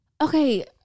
Okay